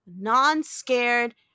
non-scared